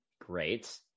Great